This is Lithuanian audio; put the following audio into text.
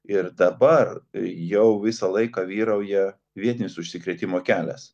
ir dabar jau visą laiką vyrauja vietinis užsikrėtimo kelias